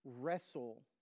wrestle